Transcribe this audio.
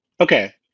Okay